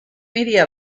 media